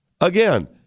Again